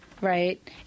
right